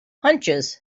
hunches